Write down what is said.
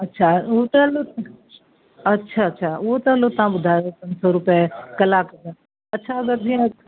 अच्छा हू त हलो अच्छा अच्छा हूअ त हलो तव्हां ॿुधायो पंज सौ रुपए कलाक जा अच्छा अगरि जीअं